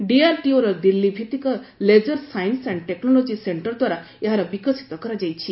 DRDO ର ଦିଲ୍ଲୀ ଭିତ୍ତିକ laser science ଆଶ୍ଚ ଟେକ୍ନୋଲୋଜି ସେକ୍ଟର ଦ୍ୱାରା ଏହାର ବିକଶିତ କରାଯାଇଛି